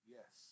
Yes